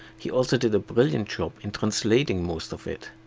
he also did a brilliant job in translating most of it.